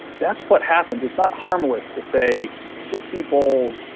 that's what happens. it's not harmless to say just be bold,